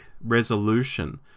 resolution